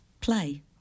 play